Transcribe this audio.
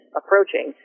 approaching